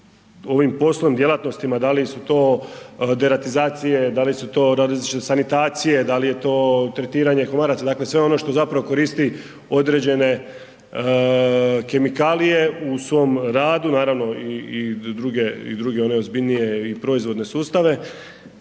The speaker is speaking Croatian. ovim poslom, djelatnostima, da li su to deratizacije, da li su to različite sanitacije, dal je to tretiranje komaraca, dakle sve ono što zapravo koristi određene kemikalije u svom radu, naravno i druge, i druge one ozbiljnije i proizvodne sustave,